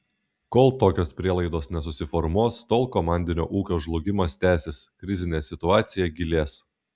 kol tokios prielaidos nesusiformuos tol komandinio ūkio žlugimas tęsis krizinė situacija gilės